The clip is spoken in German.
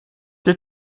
der